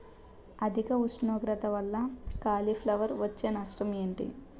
అధిక ఉష్ణోగ్రత వల్ల కాలీఫ్లవర్ వచ్చే నష్టం ఏంటి?